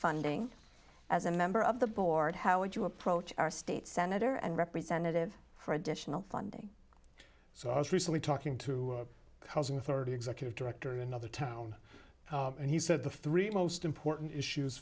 funding as a member of the board how would you approach our state senator and representative for additional funding so i was recently talking to a housing authority executive director of another town and he said the three most important issues